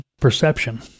perception